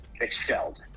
excelled